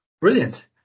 brilliant